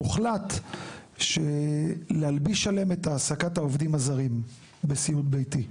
הוחלט להלביש עליהם את העסקת העובדים הזרים בסיעוד ביתי.